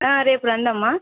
రేపు రండమ్మా